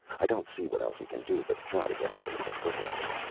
i don't see what else we can do but try to get up into the foothills.